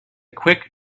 quick